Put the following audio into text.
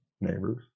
neighbors